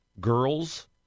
girls